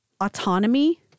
autonomy